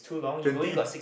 twenty